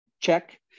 check